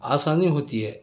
آسانی ہوتی ہے